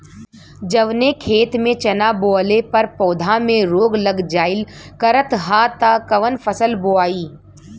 जवने खेत में चना बोअले पर पौधा में रोग लग जाईल करत ह त कवन फसल बोआई?